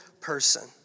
person